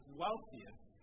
wealthiest